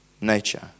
nature